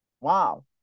Wow